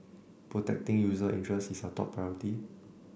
protecting user interests is our top priority